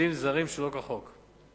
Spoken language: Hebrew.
עובדים זרים שלא כחוק.